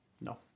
No